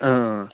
ٲں